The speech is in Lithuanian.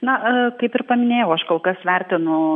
na kaip ir paminėjau aš kol kas vertinu